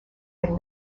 had